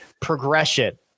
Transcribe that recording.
progression